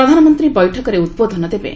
ପ୍ରଧାନମନ୍ତ୍ରୀ ବୈଠକରେ ଉଦ୍ବୋଧନ ଦେବେ